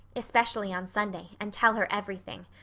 especially on sunday, and tell her everything.